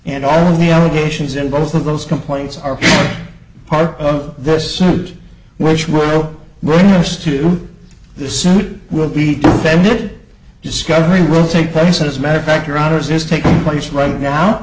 and all of the allegations in both of those complaints are part of this suit which will bring us to the suit will be defended discovery will take place as matter of fact rotters is taking place right now